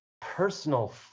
personal